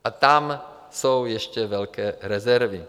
A tam jsou ještě velké rezervy.